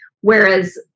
whereas